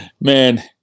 Man